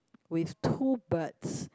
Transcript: with two birds